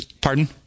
pardon